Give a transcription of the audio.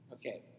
Okay